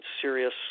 serious